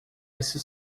isso